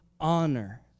honor